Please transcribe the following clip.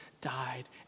died